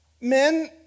Men